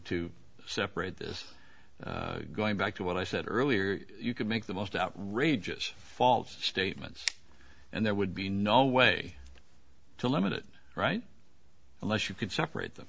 to separate this going back to what i said earlier you could make the most outrageous false statements and there would be no way to limit it right the less you could separate them